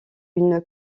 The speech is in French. une